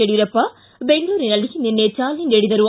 ಯಡಿಯೂರಪ್ಪ ಬೆಂಗಳೂರಿನಲ್ಲಿ ನಿನ್ನೆ ಚಾಲನೆ ನೀಡಿದರು